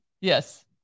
Yes